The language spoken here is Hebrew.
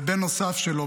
ובן נוסף שלו,